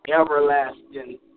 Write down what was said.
everlasting